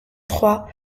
trois